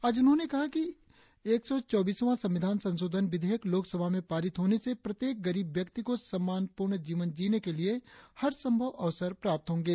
आज उन्होंने कहा कि एक सौ चौबीसवां संविधान संशोधन विधेयक लोक सभा में पारित होने से प्रत्येक गरीब व्यक्ति को सम्मानपूर्ण जीवन जीने के लिए हर संभव अवसर प्राप्त होंगे